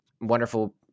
wonderful